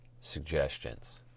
suggestions